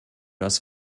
das